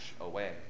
away